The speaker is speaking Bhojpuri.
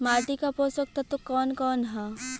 माटी क पोषक तत्व कवन कवन ह?